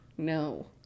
no